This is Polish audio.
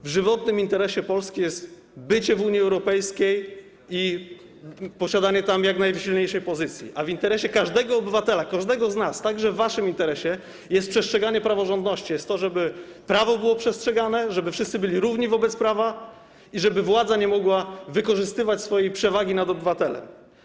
W żywotnym interesie Polski jest bycie w Unii Europejskiej i zajmowanie tam jak najsilniejszej pozycji, a w interesie każdego obywatela, każdego z nas, także w waszym interesie, jest przestrzeganie praworządności, jest to, żeby prawo było przestrzegane, żeby wszyscy byli równi wobec prawa i żeby władza nie mogła wykorzystywać swojej przewagi nad obywatelem.